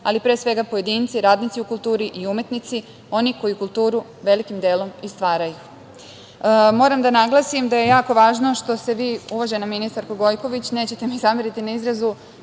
ali pre svega pojedinci, radnici u kulturi i umetnici, oni koji kulturu velikim delom i stvaraju. Moram da naglasim da je jako važno što se vi, uvažena ministarko Gojković, nećete mi zameriti na izrazu,